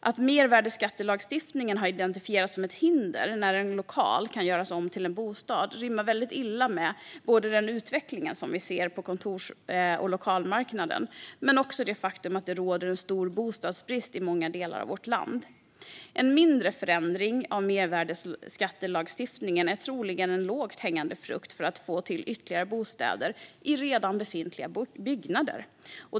Att mervärdesskattelagstiftningen har identifierats som ett hinder när en lokal kan göras om till en bostad rimmar väldigt illa både med den utveckling som vi ser på kontors och lokalmarknaden och med det faktum att det råder en stor bostadsbrist i många delar av vårt land. En mindre förändring av mervärdesskattelagstiftningen är troligen en lågt hängande frukt för att få till ytterligare bostäder i redan befintliga byggnader.